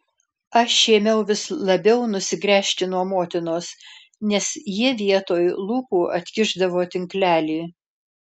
aš ėmiau vis labiau nusigręžti nuo motinos nes ji vietoj lūpų atkišdavo tinklelį